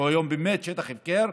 שהוא היום באמת שטח הפקר,